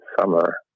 summer